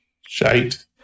Shite